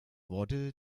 wurde